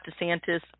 DeSantis